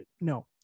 No